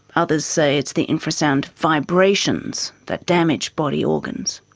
others say it's the infra-sound vibrations that damage body organs.